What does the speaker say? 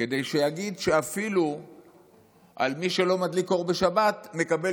כדי שיגיד שאפילו מי שלא מדליק אור בשבת מקבל